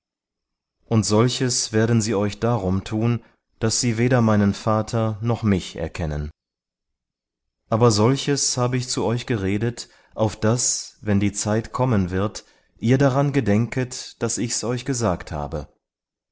und solches werden sie euch darum tun daß sie weder meinen vater noch mich erkennen aber solches habe ich zu euch geredet auf das wenn die zeit kommen wird ihr daran gedenket daß ich's euch gesagt habe